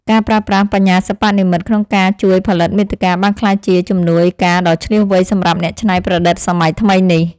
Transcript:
ការប្រើប្រាស់បញ្ញាសិប្បនិម្មិតក្នុងការជួយផលិតមាតិកាបានក្លាយជាជំនួយការដ៏ឈ្លាសវៃសម្រាប់អ្នកច្នៃប្រឌិតសម័យថ្មីនេះ។